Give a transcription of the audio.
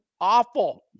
awful